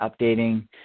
updating